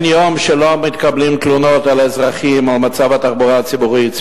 אין יום שלא מתקבלות תלונות מאזרחים על מצב התחבורה הציבורית,